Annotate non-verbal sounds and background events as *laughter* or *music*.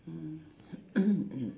mm *noise* mm mm